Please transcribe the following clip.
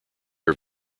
are